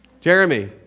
Jeremy